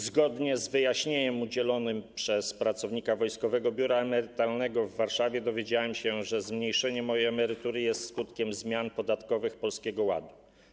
Zgodnie z wyjaśnieniem udzielonym przez pracownika Wojskowego Biura Emerytalnego w Warszawie dowiedziałem się, że zmniejszenie mojej emerytury jest skutkiem zmian podatkowych Polskiego Ładu.